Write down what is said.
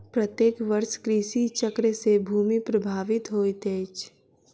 प्रत्येक वर्ष कृषि चक्र से भूमि प्रभावित होइत अछि